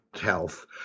health